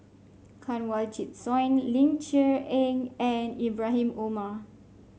Kanwaljit Soin Ling Cher Eng and Ibrahim Omar